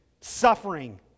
suffering